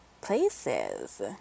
places